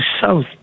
south